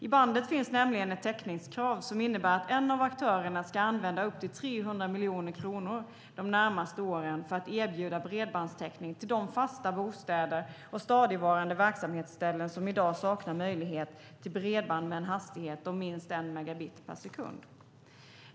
I bandet finns nämligen ett täckningskrav som innebär att en av aktörerna ska använda upp till 300 miljoner kronor de närmaste åren för att erbjuda bredbandstäckning till de fasta bostäder och stadigvarande verksamhetsställen som i dag saknar möjlighet till bredband med en hastighet om minst 1 megabit per sekund.